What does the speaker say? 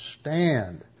stand